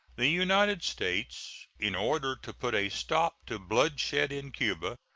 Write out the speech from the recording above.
the united states, in order to put a stop to bloodshed in cuba,